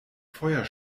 feuer